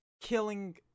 killing